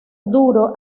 duro